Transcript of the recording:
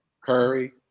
curry